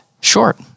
short